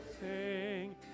sing